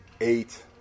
eight